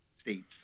states